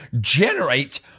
generate